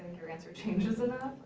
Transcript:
your answer changes